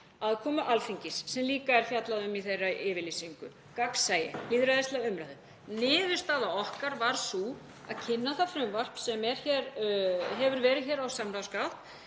aðkomu Alþingis, sem líka er fjallað um í þeirri yfirlýsingu, gagnsæi og lýðræðislega umræðu. Niðurstaða okkar varð sú að kynna það frumvarp sem hefur verið í samráðsgátt,